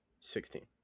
Sixteen